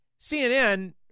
CNN